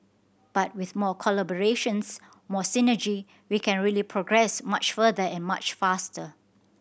but with more collaborations more synergy we can really progress much further and much faster